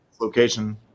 Location